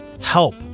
help